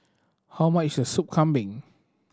how much is a Soup Kambing